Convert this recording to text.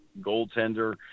goaltender